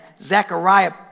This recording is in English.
Zechariah